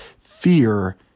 fear